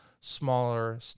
smaller